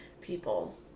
people